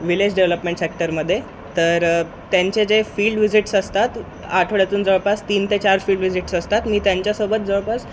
village development सेक्टरमध्ये तर त्यांचे जे फील्ड विजिटस् असतात आठवड्यातून जवळपास तीन ते चार फील्ड विजिटस् असतात मी त्यांच्यासोबत जवळपास